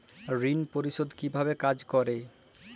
ঋণ পরিশোধ কিভাবে কাজ করে?